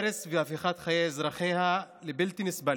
הרס והפיכת חיי האזרחים לבלתי נסבלים,